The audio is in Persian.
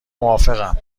موافقم